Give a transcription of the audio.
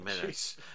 minutes